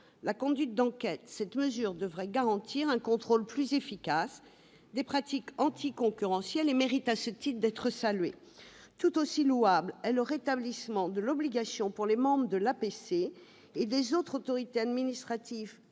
la conduite d'enquêtes, cette mesure devrait garantir un contrôle plus efficace des pratiques anticoncurrentielles. À ce titre, elle mérite d'être saluée. Tout aussi louable est le rétablissement de l'obligation, pour les membres de l'APC et des autres autorités administratives